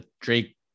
Drake